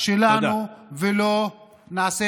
אבל על הפרויקט הפוליטי,